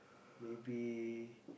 maybe